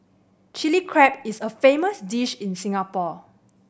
Chilli Crab is a famous dish in Singapore